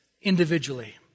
Individually